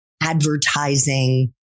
advertising